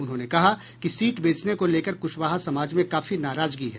उन्होंने कहा कि सीट बेचने को लेकर कुशवाहा समाज में काफी नाराजगी है